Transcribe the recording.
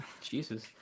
jesus